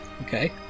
Okay